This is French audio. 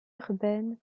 urbaine